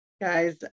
Guys